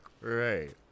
Right